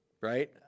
Right